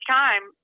time